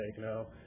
no